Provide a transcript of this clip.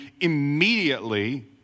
immediately